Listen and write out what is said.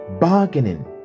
bargaining